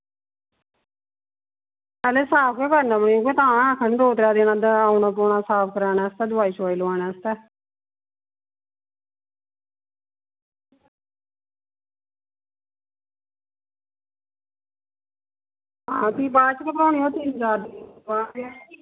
पैह्लें साफ गै करना पौनी उ'यै तां गै आक्खा नी दो त्रै दिन औना पौना साफ कराने आस्तै दोआई शुआई लोआने आस्तै हां फ्ही बाद च गै भरोने ओह् तिन चार दिन बाद गै